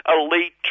elite